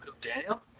Daniel